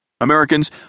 Americans